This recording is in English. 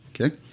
Okay